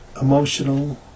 emotional